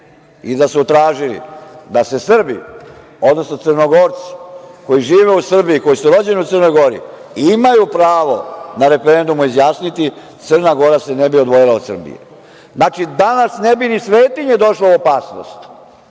i da su tražili da se Srbi odnosno Crnogorci koji žive u Srbiji, koji su rođeni u Crnoj Gori, imaju pravo na referendumu izjasniti, Crna Gora se ne bi odvojila od Srbije. Znači, danas ne bi ni svetinje došle u opasnost,